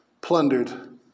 plundered